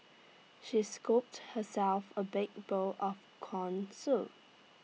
she scooped herself A big bowl of Corn Soup